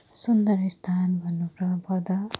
सुन्दर स्थान भन्नु प्र पर्दा मैले